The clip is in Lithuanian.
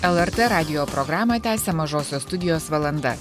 lrt radijo programą tęsia mažosios studijos valanda